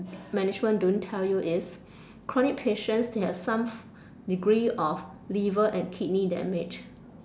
management don't tell you is chronic patients they have some degree of liver and kidney damage